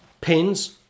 pins